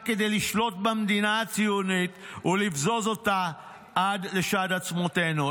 רק כדי לשלוט במדינה הציונית ולבזוז אותה עד לשד עצמותינו".